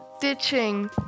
ditching